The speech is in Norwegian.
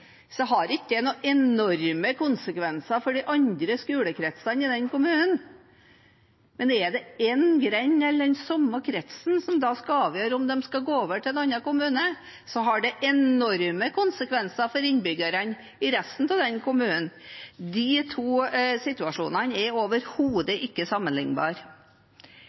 har ikke det noen enorme konsekvenser for de andre skolekretsene i den kommunen. Men er det én grend eller den samme kretsen som skal avgjøre om de skal gå over til en annen kommune, har det enorme konsekvenser for innbyggerne i resten av den kommunen. De to situasjonene er overhodet ikke sammenlignbare.